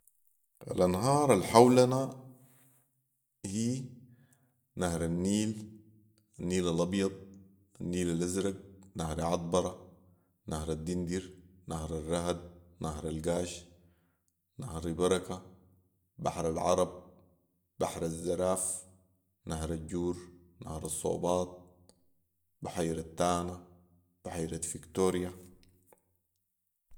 ،الانهار الحولنا هي نهرالنيل ،النيل الابيض ،النيل الازرق ،نهرعطبره ،نهرالدندر، نهرالرهد، نهرالقاش ،نهر بركة، بحرالعرب ،بحرالزراف نهرالجور، نهرالسوباط ، بحيرة تانا ، بحيرة فيكتوريا